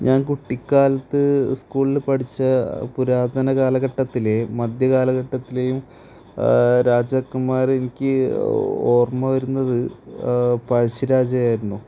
ഞാൻ കുട്ടിക്കാലത്ത് സ്കൂളില് പഠിച്ച പുരാതന കാലഘട്ടത്തിലെ മധ്യകാലഘട്ടത്തിലെയും രാജാക്കൻമാരെ എനിക്ക് ഓർമ വരുന്നത് പഴശ്ശി രാജയെ ആയിരുന്നു